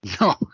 No